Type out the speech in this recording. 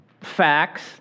Facts